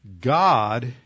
God